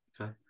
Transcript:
Okay